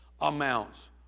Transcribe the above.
amounts